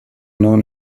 known